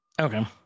Okay